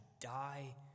die